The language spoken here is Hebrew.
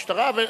משטרה.